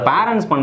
Parents